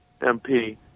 MP